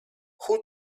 who